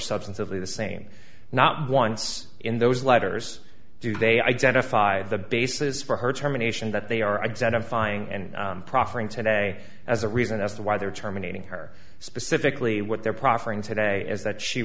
substantively the same not once in those letters do they identify the basis for her terminations that they are identifying and proffering today as a reason as to why they're terminating her specifically what they're proffering today is that she